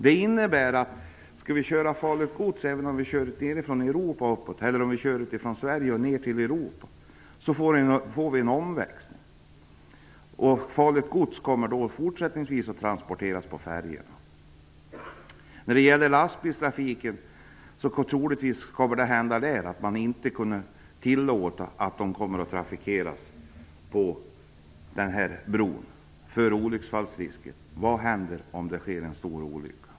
Det innebär att farligt gods som transporteras från Europa och uppåt eller från Sverige ner till Europa måste växlas om, och det kommer fortsättningsvis att transporteras på färjor. Lastbilar kommer troligtvis inte att tillåtas trafikera bron, på grund av olycksfallsrisken. Vad händer om det sker en stor olycka?